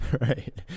right